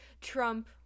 Trump